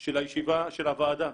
של הישיבה של הוועדה,